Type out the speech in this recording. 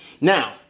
Now